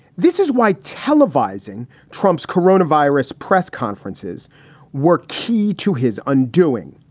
this is why televising trump's corona virus press conferences were key to his undoing,